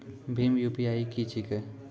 भीम UPI की छीके?